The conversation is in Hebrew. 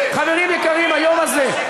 חברים יקרים, היום הזה,